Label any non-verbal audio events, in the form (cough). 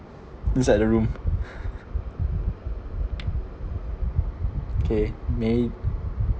inside the room (laughs) (noise) okay maybe